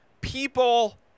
people